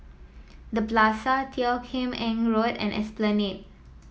The Plaza Teo Kim Eng Road and Esplanade